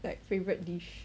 like favourite dish